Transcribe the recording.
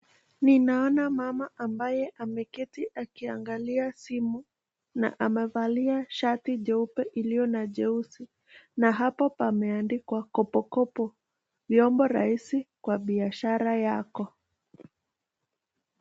Ninaona mama ambaye ameketi akiangalia simu na amevalia shati jeupe iliyo na jeusi na hapo pameandikwa: Kopokopo, Vyombo rahisi kwa biashara yako.